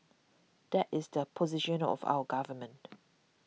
that is the position of our government